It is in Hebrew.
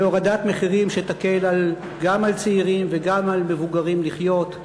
בהורדת מחירים שתקל גם על צעירים וגם על מבוגרים לחיות,